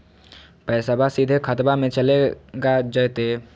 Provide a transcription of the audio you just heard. पैसाबा सीधे खतबा मे चलेगा जयते?